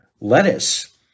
lettuce